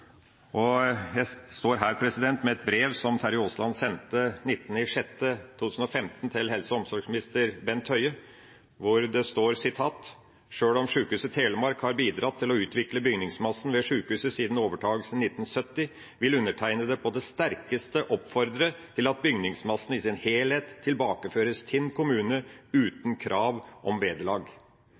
Jeg står her med et brev som Terje Aasland sendte den 19. juni 2015 til helse- og omsorgsminister Bent Høie, hvor det står: «Selv om Sykehuset Telemark har bidratt til å utvikle bygningsmassen ved sykehuset siden overtakelsen i 1970 vil undertegnede på det sterkeste oppfordre til at bygningsmassen i sin helhet tilbakeføres Tinn kommune uten krav om vederlag.»